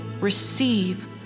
receive